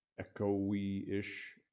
echoey-ish